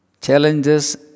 Challenges